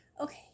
Okay